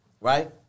Right